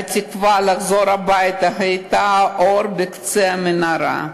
והתקווה לחזור הביתה הייתה האור בקצה המנהרה.